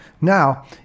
Now